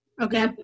okay